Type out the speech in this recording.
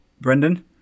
Brendan